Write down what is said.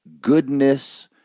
goodness